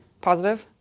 positive